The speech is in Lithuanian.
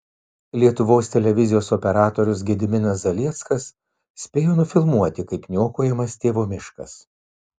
lietuvos televizijos operatorius gediminas zalieckas spėjo nufilmuoti kaip niokojamas tėvo miškas